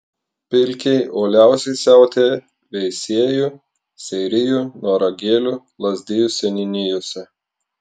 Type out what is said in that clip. pilkiai uoliausiai siautėja veisiejų seirijų noragėlių lazdijų seniūnijose